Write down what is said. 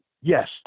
Yes